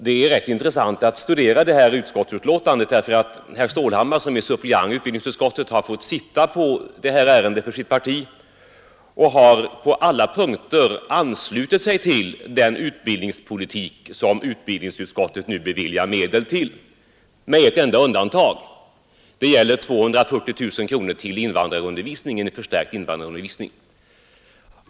Det är rätt intressant att studera det här utskottsbetänkandet. Herr Stålhammar, som är suppleant i utbildningsutskottet, har nämligen fått sitta för sitt parti i det här ärendet, och han har på alla punkter anslutit sig till den utbildningspolitik som utbildningsutskottet nu föreslår att medel skall beviljas till — med ett enda undantag; det gäller 240 000 kronor till förstärkt invandrarundervisning.